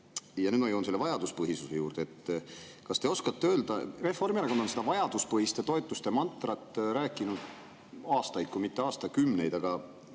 Ja nüüd ma jõuan selle vajaduspõhisuse juurde. Kas te oskate öelda? Reformierakond on seda vajaduspõhiste toetuste mantrat rääkinud aastaid kui mitte aastakümneid, aga